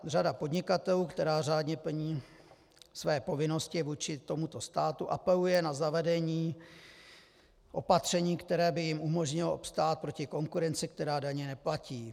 Řada podnikatelů, která řádně plní své povinnosti vůči tomuto státu, apeluje na zavedení opatření, které by jim umožnilo obstát proti konkurenci, která daně neplatí.